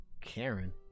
Karen